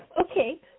Okay